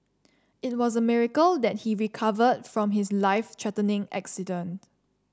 it was a miracle that he recovered from his life threatening accident